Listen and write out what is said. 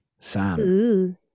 sam